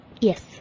Yes